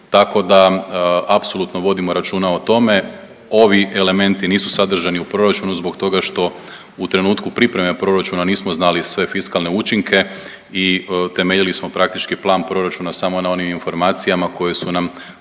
tako da apsolutno vodimo računa o tome. Ovi elementi nisu sadržani u proračunu zbog toga što u trenutku pripreme proračuna nismo znali sve fiskalne učinke i temeljili smo praktički plan proračuna samo na onim informacijama koje su nam